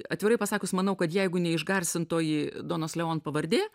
atvirai pasakius manau kad jeigu ne išgarsintoji donos leon pavardė